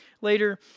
later